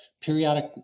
periodic